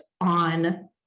on